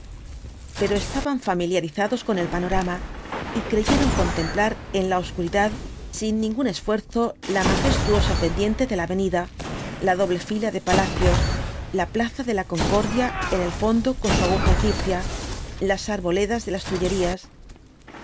pero estaban familiarizados con el panorama y creyeron contemplar en la obscuridad sin ningún esfuerzo la majestuosa pendiente de la avenida la doble fila de palacios la plaza de la concordia en el fondo con su aguja egipcia las arboledas de las tuerías